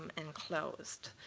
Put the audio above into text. and enclosed.